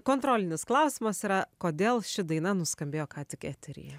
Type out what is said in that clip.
kontrolinis klausimas yra kodėl ši daina nuskambėjo ką tik eteryje